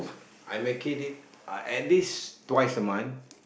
I making it uh at least twice a month